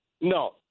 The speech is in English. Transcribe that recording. No